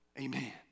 Amen